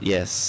Yes